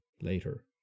later